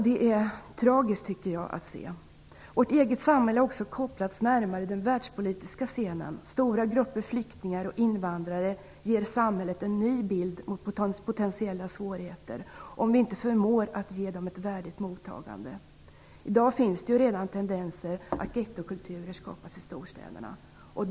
Det är tragiskt att se, tycker jag. Vårt eget samhälle har också kopplats närmare den världspolitiska scenen. Stora grupper flyktingar och invandrare ger samhället en ny bild av potentiella svårigheter om vi inte förmår ge de här människorna ett värdigt mottagande. Redan i dag finns det tendenser till att ghettokulturer skapas i storstäderna.